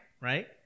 Right